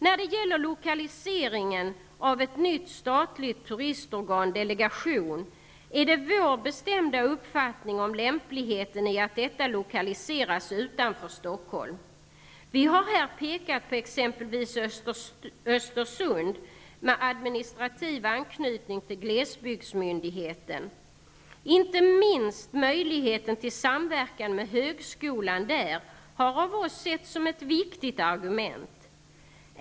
När det gäller lokaliseringen av ett nytt statligt turistorgan/en ny delegation är det enligt vår bestämda uppfattning lämpligt att lokaliseringen blir utanför Stockholm. Vi har har här pekat på exempelvis Östersund med administrativ anknytning till glesbygdsmyndigheten. Inte minst möjligheten till samverkan med högskolan där har av oss setts som ett viktigt argument.